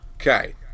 Okay